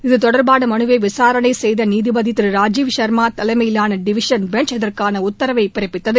இது தொடர்பான மறுவை விசாரணை செய்த நீதிபதி திரு ராஜீவ் சா்மா தலைமையிலான டிவிஷன் பெஞ்ச் இதற்கான உத்தரவை பிறப்பித்தது